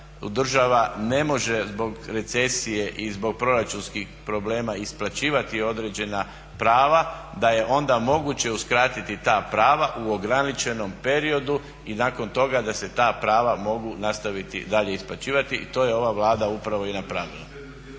ne može zbog recesije i zbog proračunskih problema isplaćivati određena prava da je onda moguće uskratiti ta prava u ograničenom periodu i nakon toga da se ta prava mogu nastaviti dalje isplaćivati. I to je ova Vlada upravo i napravila.